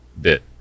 bit